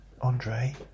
Andre